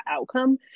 outcome